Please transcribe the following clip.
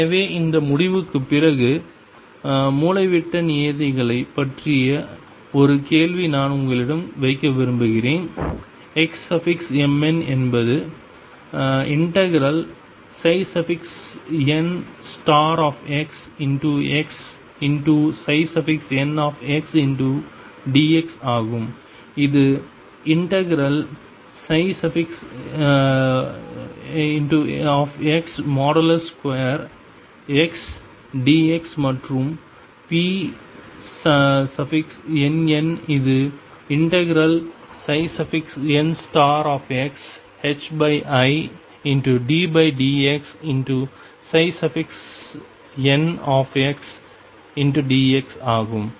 எனவே இந்த முடிவுக்குப் பிறகு மூலைவிட்ட நியதிகளைப் பற்றிய ஒரு கேள்வியை நான் உங்களிடம் வைக்க விரும்புகிறேன் xnn என்பது ∫nxxndx ஆகும் இது ∫nx2xdx மற்றும் pnn இது ∫nxiddx ndxஆகும்